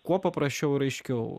kuo paprasčiau ir aiškiau